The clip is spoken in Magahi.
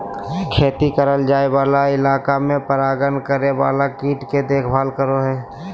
खेती करल जाय वाला इलाका में परागण करे वाला कीट के देखभाल करो हइ